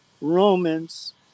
Romans